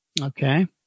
Okay